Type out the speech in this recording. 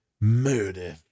murder